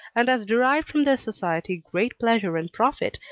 and has derived from their society great pleasure and profit,